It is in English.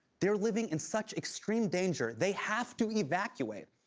they're living in such extreme danger, they have to evacuate.